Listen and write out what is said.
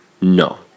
No